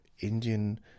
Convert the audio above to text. Indian